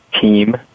team